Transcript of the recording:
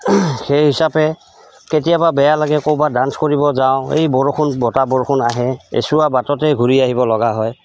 সেই হিচাপে কেতিয়াবা বেয়া লাগে ক'ৰবাত ডান্স কৰিব যাওঁ এই বৰষুণ বতাহ বৰষুণ আহে এচুৱা বাটতেই ঘূৰি আহিব লগা হয়